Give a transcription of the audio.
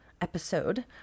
episode